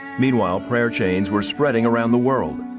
meanwhile, prayer chains were spreading around the world.